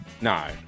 No